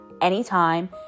anytime